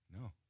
No